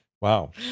Wow